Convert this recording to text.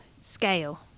Scale